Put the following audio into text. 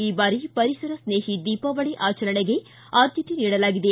ಈ ಬಾರಿ ಪರಿಸರ ಸ್ನೇಹಿ ದೀಪಾವಳಿ ಆಚರಣೆಗೆ ಆದ್ದತೆ ನೀಡಲಾಗಿದೆ